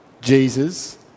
Jesus